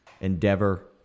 endeavor